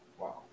Wow